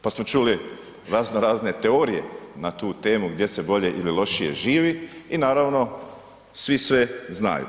Pa smo čuli razno razne teorije na tu temu gdje se bolje ili lošije živi i naravno svi sve znaju.